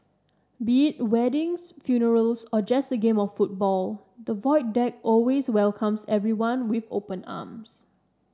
be it weddings funerals or just a game of football the Void Deck always welcomes everyone with open arms